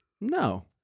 no